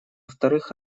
вторых